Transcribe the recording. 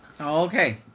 Okay